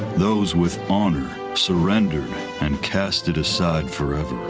those with honor surrendered and cast it aside forever.